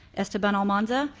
estaban almanza.